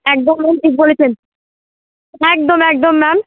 একদম ম্যাম ঠিক বলেছেন একদম একদম ম্যাম